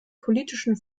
politischen